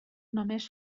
només